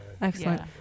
Excellent